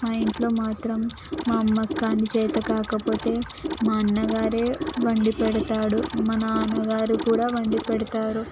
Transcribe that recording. మా ఇంట్లో మాత్రం మా అమ్మకి గానీ చేతకాకపోతే మా అన్నగారే వండి పెడతాడు మా నాన్నగారు కూడా వండి పెడతారు